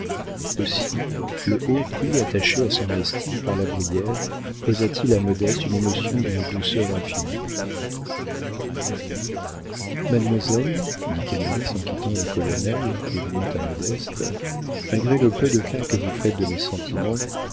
aussi le haut prix attaché à son estime par la brière causa t il à modeste une émotion d'une douceur infinie mademoiselle dit canalis en quittant le colonel et venant à modeste malgré le peu de cas que vous faites de mes sentiments